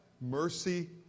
mercy